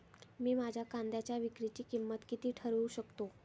मी माझ्या कांद्यांच्या विक्रीची किंमत किती ठरवू शकतो?